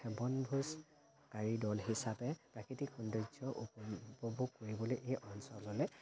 বনভোজকাৰী দল হিচাপে প্ৰাকৃতিক সৌন্দৰ্য্য উপ উপভোগ কৰিবলে এই অঞ্চললৈ